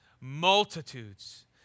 multitudes